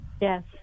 Yes